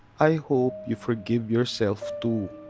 i hope you forgive yourself, too.